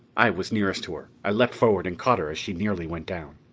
i was nearest to her. i leaped forward and caught her as she nearly went down.